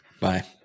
Bye